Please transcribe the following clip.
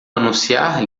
anunciar